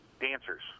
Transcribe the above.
dancers